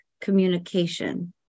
communication